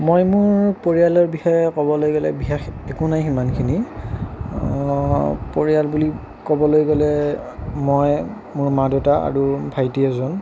মই মোৰ পৰিয়ালৰ বিষয়ে ক'বলৈ গ'লে বিশেষ একো নাই সিমানখিনি পৰিয়াল বুলি ক'বলৈ গ'লে মই মোৰ মা দেউতা আৰু ভাইটি এজন